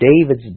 David's